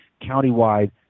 countywide